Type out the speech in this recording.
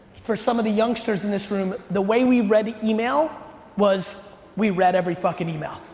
for some of the youngsters in this room, the way we read email was we read every fucking email.